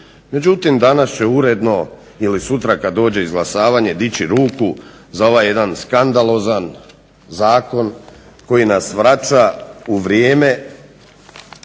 Međutim danas će uredno ili sutra kad dođe izglasavanje dići ruku za ovaj jedan skandalozan zakon koji nas vraća u vrijeme